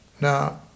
Now